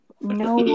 No